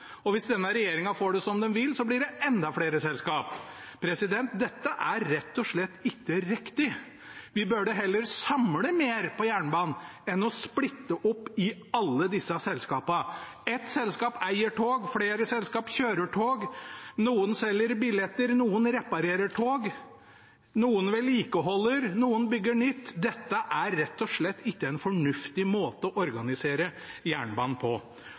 og SJ. Og hvis denne regjeringen får det som den vil, blir det enda flere selskaper. Dette er rett og slett ikke riktig å gjøre. Vi burde heller samle mer innenfor jernbanen enn å splitte opp i alle disse selskapene. Ett selskap eier tog, flere selskaper kjører tog. Noen selger billetter, noen reparerer tog, noen vedlikeholder, noen bygger nytt. Dette er rett og slett ikke en fornuftig måte å organisere jernbanen på.